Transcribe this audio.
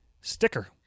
sticker